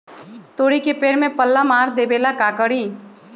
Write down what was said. तोड़ी के पेड़ में पल्ला मार देबे ले का करी?